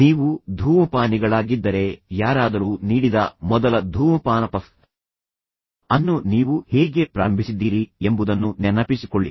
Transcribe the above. ನೀವು ಧೂಮಪಾನಿಗಳಾಗಿದ್ದರೆ ಯಾರಾದರೂ ನೀಡಿದ ಮೊದಲ ಧೂಮಪಾನ ಪಫ್ ಅನ್ನು ನೀವು ಹೇಗೆ ಪ್ರಾರಂಭಿಸಿದ್ದೀರಿ ಎಂಬುದನ್ನು ನೆನಪಿಸಿಕೊಳ್ಳಿ